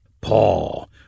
Paul